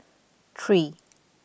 three